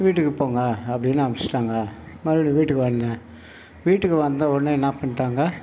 வீட்டுக்குப் போங்கள் அப்படீனு அனுப்ச்சிடாங்க மறுபடியும் வீட்டுக்கு வந்தேன் வீட்டுக்கு வந்தவுடனே என்ன பண்ணிட்டாங்க